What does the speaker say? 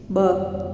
ब॒